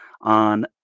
on